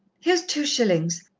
here's two shillings.